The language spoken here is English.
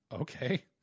Okay